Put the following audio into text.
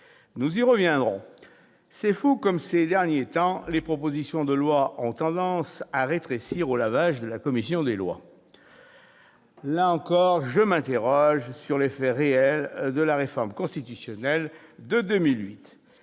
Nous y reviendrons. C'est fou comme, ces derniers temps, les propositions de loi ont tendance à rétrécir au lavage de la commission des lois ! Là encore, je m'interroge sur l'effet réel de la réforme constitutionnelle de 2008.